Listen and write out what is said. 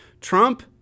Trump